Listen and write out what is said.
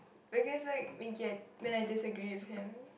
we guess like we get when we disagree with him